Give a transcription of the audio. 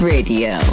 Radio